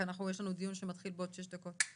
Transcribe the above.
כי יש לנו דיון שמתחיל בעוד שש דקות.